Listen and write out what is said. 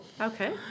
Okay